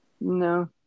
no